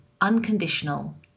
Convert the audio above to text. unconditional